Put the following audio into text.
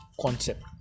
concept